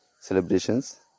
celebrations